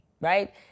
right